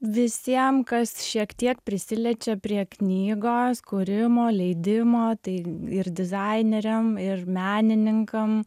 visiem kas šiek tiek prisiliečia prie knygos kūrimo leidimo tai ir dizaineriam ir menininkam